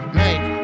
make